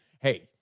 Hey